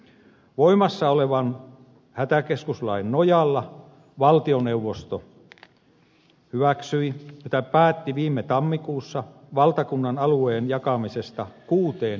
voimassa olevan hätäkeskuslain nojalla valtioneuvosto päätti viime tammikuussa valtakunnan alueen jakamisesta kuuteen hätäkeskusalueeseen